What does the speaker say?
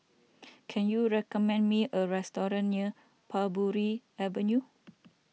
can you recommend me a restaurant near Parbury Avenue